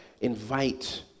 invite